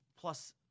plus